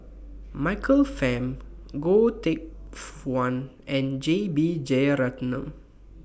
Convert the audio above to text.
Michael Fam Goh Teck Phuan and J B Jeyaretnam